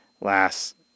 last